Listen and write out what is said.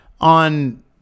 on